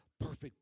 perfect